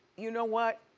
you know what,